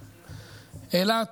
אילת,